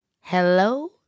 Hello